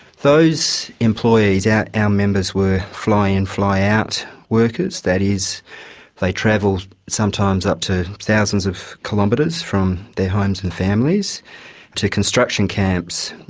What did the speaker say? those employees, our yeah um members were fly-in, fly-out workers, that is they travel sometimes up to thousands of kilometres from their homes and families to construction camps,